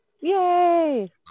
Yay